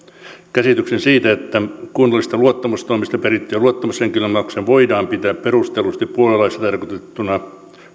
käsityksen siitä että kunnallisista luottamustoimista perittyä luottamushenkilömaksua voidaan pitää perustellusti puoluelaissa tarkoitettuna